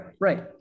right